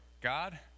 God